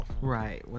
Right